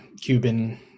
Cuban